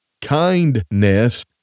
Kindness